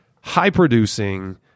high-producing